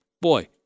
boy